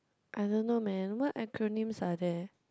I don't know man what acronyms are there